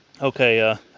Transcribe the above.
Okay